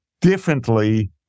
differently